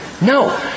No